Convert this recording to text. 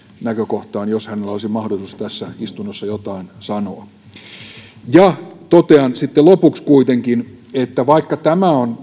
näkökohtaan jos hänellä olisi mahdollisuus tässä istunnossa jotain sanoa totean sitten lopuksi kuitenkin että vaikka tämä on